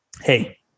hey